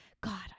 God